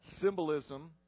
symbolism